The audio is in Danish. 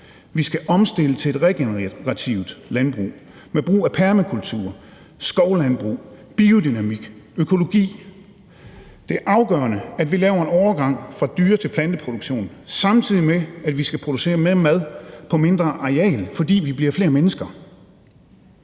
vi skal omstille til et regenerativt landbrug med brug af permakultur, skovlandbrug, biodynamik, økologi. Det er afgørende, at vi laver en overgang fra dyre- til planteproduktion, samtidig med at vi skal producere mere mad på et mindre areal, fordi vi bliver flere mennesker.